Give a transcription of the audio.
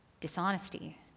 dishonesty